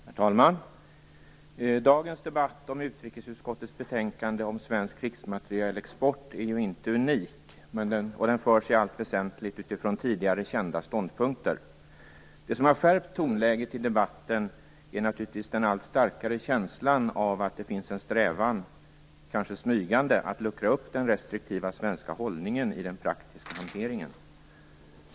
Herr talman! Dagens debatt om utrikesutskottets betänkande om svensk krigsmaterielexport är inte unik. Den förs i allt väsentligt utifrån tidigare kända ståndpunkter. Det som har skärpt tonläget i debatten är naturligtvis den allt starkare känslan av att det finns en strävan - kanske smygande - att luckra upp den restriktiva svenska hållningen i den praktiska hanteringen.